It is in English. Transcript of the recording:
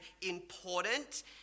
important